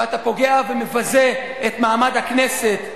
ואתה פוגע ומבזה את מעמד הכנסת.